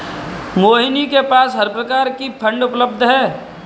मोहिनी के पास हर प्रकार की फ़ंड उपलब्ध है